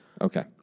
Okay